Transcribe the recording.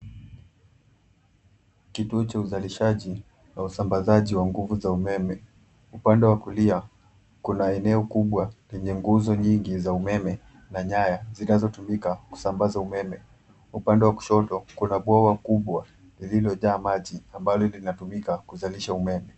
Kituo cha uzalishaji na usambazaji wa nguvu za umeme. Upande wa kulia kuna eneo kubwa lenye nguzo nyingi za umeme na nyaya zinazotumika kusambaza umeme. Upande wa kushoto kuna bwawa kubwa lililojaa maji ambalo linatumika kuzalisha umeme.